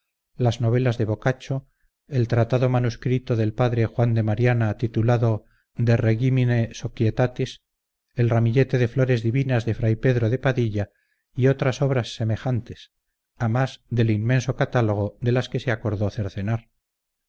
las novelas de boccaccio el tratado manuscrito del p juan de mariana titulado de regimine societatis el ramillete de flores divinas de fray pedro de padilla y otras obras semejantes a más del inmenso catálogo de las que se acordó cercenar